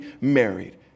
married